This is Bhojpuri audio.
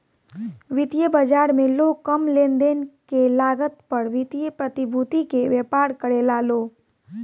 वित्तीय बाजार में लोग कम लेनदेन के लागत पर वित्तीय प्रतिभूति के व्यापार करेला लो